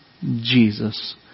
Jesus